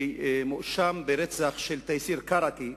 שמואשם ברצח של תייסיר קרקי,